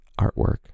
artwork